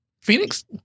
Phoenix